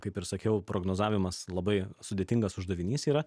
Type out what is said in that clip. kaip ir sakiau prognozavimas labai sudėtingas uždavinys yra